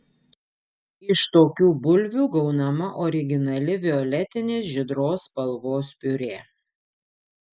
iš tokių bulvių gaunama originali violetinės žydros spalvos piurė